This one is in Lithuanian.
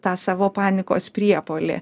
tą savo panikos priepuolį